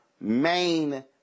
main